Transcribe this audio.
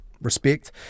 respect